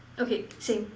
okay same